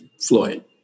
floyd